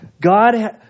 god